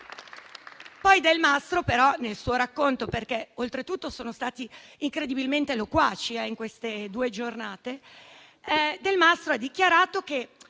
Delle Vedove nel suo racconto - perché oltretutto sono stati incredibilmente loquaci in queste due giornate - ha dichiarato che